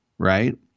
Right